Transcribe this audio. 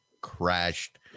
crashed